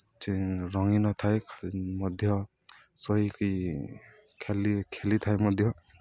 ସେ ରଙ୍ଗି ନଥାଏ ମଧ୍ୟ ଶୋଇକି ଖାଲି ଖେଳିଥାଏ ମଧ୍ୟ